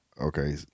okay